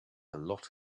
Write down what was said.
lot